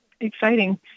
exciting